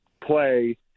play